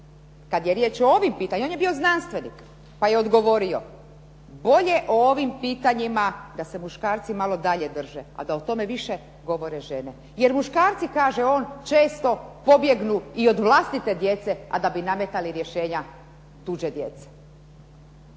kad je riječ o ovim pitanjima i on je bio znanstvenik pa je odgovorio: bolje o ovim pitanjima da se muškarci malo dalje drže, a da o tome više govore žene. Jer muškarci, kaže on, često pobjegnu i od vlastite djece, a da bi nametali rješenja tuđe djece.